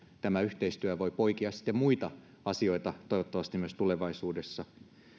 tämä yhteistyö voi poikia sitten muita asioita toivottavasti myös tulevaisuudessa